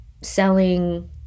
selling